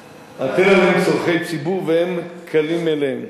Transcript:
אתם, צורכי ציבור, והם כלים מאליהם.